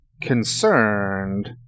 concerned